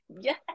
Yes